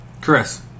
Chris